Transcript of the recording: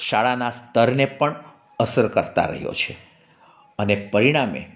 શાળાનાં સ્તરને પણ અસરકર્તા રહ્યો છે અને પરિણામે